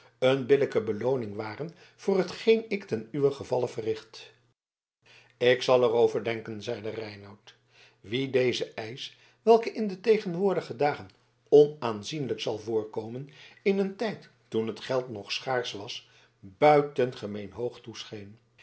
een billijke belooning ware voor hetgeen ik ten uwen gevalle verricht ik zal er over denken zeide reinout wien deze eisch welke in de tegenwoordige dagen onaanzienlijk zal voorkomen in een tijd toen het geld nog schaarsch was buitengemeen hoog